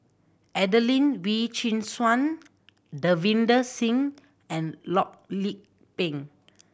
Adelene Wee Chin Suan Davinder Singh and Loh Lik Peng